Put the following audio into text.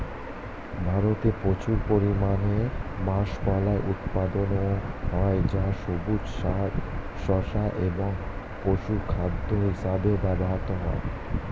ভারতে প্রচুর পরিমাণে মাষকলাই উৎপন্ন হয় যা সবুজ সার, শস্য এবং পশুখাদ্য হিসেবে ব্যবহৃত হয়